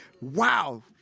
wow